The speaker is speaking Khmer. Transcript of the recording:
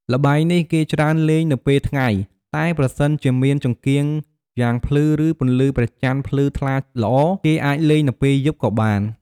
ល្បែងនេះគេច្រើនលេងនៅពេលថ្ងៃ តែប្រសិនជាមានចង្កៀងយ៉ាងភ្លឺ រឺ ពន្លឺព្រះចន្ទភ្លឺថ្លាល្អ គេអាចលេងនៅពេលយប់ក៏បាន។